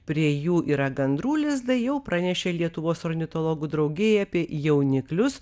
prie jų yra gandrų lizdai jau pranešė lietuvos ornitologų draugijai apie jauniklius